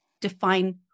define